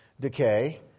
decay